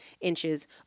inches